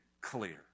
clear